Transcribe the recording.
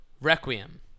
Requiem